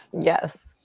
yes